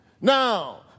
Now